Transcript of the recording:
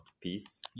peace